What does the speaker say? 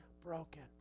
broken